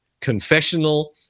confessional